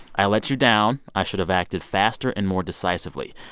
i let you down. i should have acted faster and more decisively.